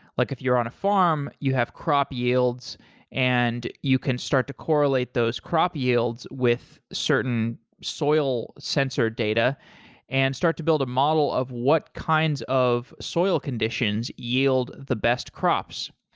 like if you're on a farm, you have crop yields and you can start to correlate those crop yields with certain soil sensor data and start to build a model of what kinds of soil conditions yield the best crops.